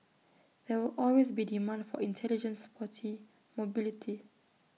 there will always be demand for intelligent sporty mobility